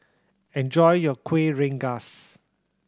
enjoy your Kueh Rengas